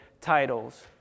titles